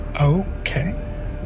Okay